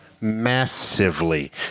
massively